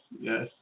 yes